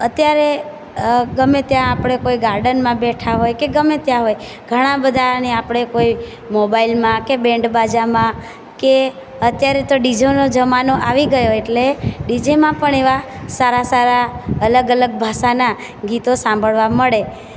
અત્યારે ગમે ત્યાં આપણે કોઈ ગાર્ડનમાં બેઠાં હોય કે ગમે ત્યાં હોય ઘણા બધાને આપણે કોઈ મોબાઇલમાં કે બેન્ડ બાજામાં કે અત્યારે તો ડીજેનો જમાનો આવી ગયો એટલે ડીજેમાં પણ એવાં સારાં સારાં અલગ અલગ ભાષાનાં ગીતો સાંભળવા મળે